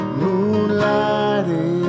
moonlighting